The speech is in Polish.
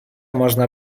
można